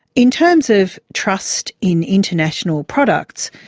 in terms of trust in international products,